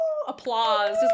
Applause